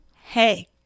Hey